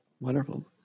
Wonderful